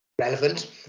relevant